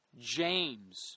James